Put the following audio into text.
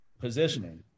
positioning